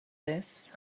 this